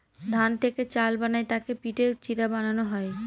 ধান থেকে চাল বানায় তাকে পিটে চিড়া বানানো হয়